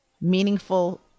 meaningful